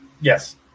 Yes